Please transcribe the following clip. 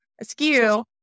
askew